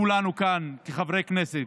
כולנו כאן כחברי כנסת,